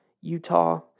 Utah